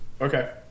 Okay